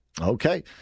Okay